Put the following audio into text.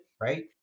right